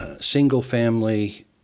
single-family